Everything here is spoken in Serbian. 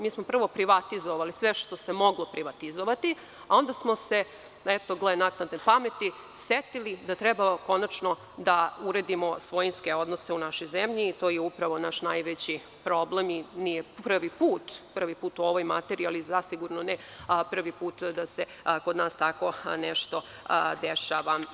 Mi smo prvo privatizovali sve što se moglo privatizovati, a onda smo se eto gle naknadne pameti, setili da je trebalo konačno da uredimo svojinske odnose u našoj zemlji i to je upravo naš najveći problem i nije prvi put, prvi put u ovoj materiji, ali zasigurno ne prvi put da se kod nas tako nešto dešava.